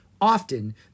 Often